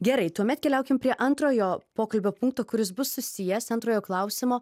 gerai tuomet keliaukim prie antrojo pokalbio punkto kuris bus susijęs antrojo klausimo